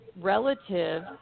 relative